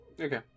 Okay